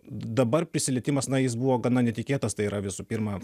dabar prisilietimas na jis buvo gana netikėtas tai yra visų pirma